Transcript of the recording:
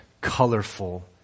colorful